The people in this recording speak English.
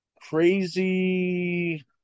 crazy